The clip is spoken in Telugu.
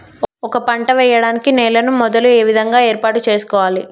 ఒక పంట వెయ్యడానికి నేలను మొదలు ఏ విధంగా ఏర్పాటు చేసుకోవాలి?